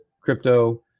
crypto